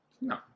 No